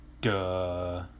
duh